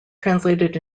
translated